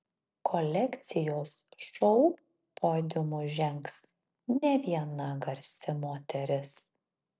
kolekcijos šou podiumu žengs ne viena garsi moteris